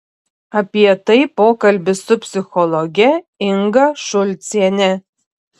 apie tai pokalbis su psichologe inga šulciene